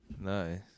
Nice